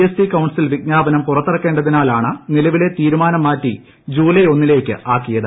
എസ്ട്രടി council വിജ്ഞാപനം പുറത്തിറക്കേണ്ടതിനാല്പാണ് നിലവിലെ തീരുമാനം മാറ്റി ജൂലൈ ഒന്നിലേക്ക് ആക്കിയത്